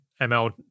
ml